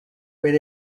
where